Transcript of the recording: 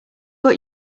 got